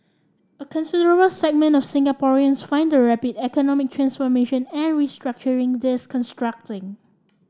a considerable segment of Singaporeans find the rapid economic transformation and restructuring